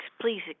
please